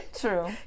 true